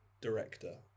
director